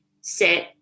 sit